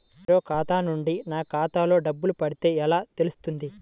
వేరే ఖాతా నుండి నా ఖాతాలో డబ్బులు పడితే ఎలా తెలుస్తుంది?